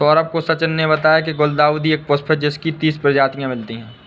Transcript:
सौरभ को सचिन ने बताया की गुलदाउदी एक पुष्प है जिसकी तीस प्रजातियां मिलती है